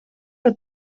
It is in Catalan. que